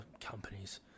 companies